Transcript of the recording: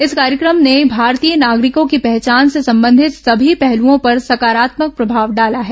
इस कार्यक्रम ने भारतीय नागरिकों की पहचान से संबंधित सभी पहलुओं पर सकारात्मक प्रभाव डाला है